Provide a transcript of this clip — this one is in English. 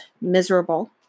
miserable